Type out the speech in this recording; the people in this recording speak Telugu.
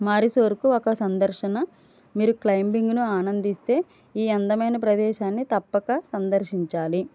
మైసూర్కు ఒక సందర్శన మీరు క్లైంబింగ్ను ఆనందిస్తే ఈ అందమైన ప్రదేశాన్ని తప్పక సందర్శించాలి